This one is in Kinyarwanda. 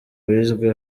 wizwe